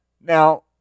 Now